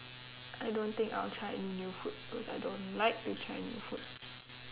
I don't think I'll try any new food cause I don't like to try new food